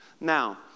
Now